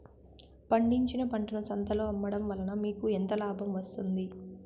పండించిన పంటను సంతలలో అమ్మడం వలన మీకు ఎంత లాభం వస్తుంది?